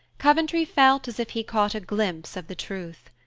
coventry felt as if he caught a glimpse of the truth.